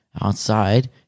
outside